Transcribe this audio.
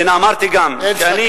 ואמרתי גם שאני,